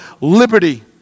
Liberty